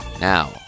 Now